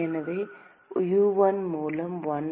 எனவே U1 மூலம் 1